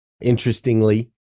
interestingly